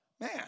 man